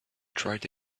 tried